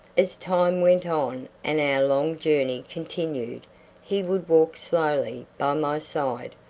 as time went on and our long journey continued he would walk slowly by my side,